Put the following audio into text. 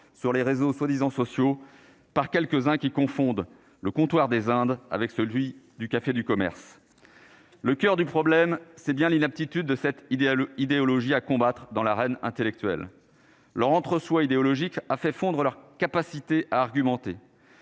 sur les réseaux soi-disant sociaux par quelques-uns qui confondent le comptoir des Indes avec celui du café du commerce, le coeur du problème, c'est bien l'inaptitude de cet idéal idéologie à combattre dans l'arène intellectuelle leur entre soi idéologique a fait fondre leur capacité à argumenter.